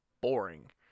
boring